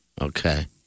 Okay